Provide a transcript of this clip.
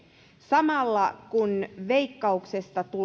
samalla kun veikkauksesta